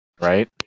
right